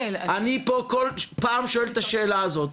אני פה כל פעם שואל את השאלה הזאת.